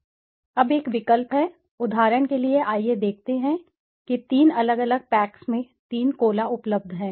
अब एक विकल्प है उदाहरण के लिए आइए देखते हैं कि तीन अलग अलग पैक्स में तीन कोला उपलब्ध हैं